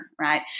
right